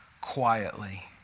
quietly